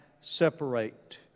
separate